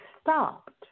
stopped